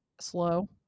slow